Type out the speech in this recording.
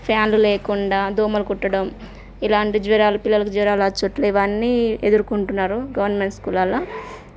ఫ్యాన్లు లేకుండా దోమలు కుట్టడం ఇలాంటి జ్వరాలు పిల్లలకు జ్వరాలు అచ్చుట్లు ఇవన్నీ ఎదుర్కుంటున్నారు గవర్నమెంట్ స్కూలల్లా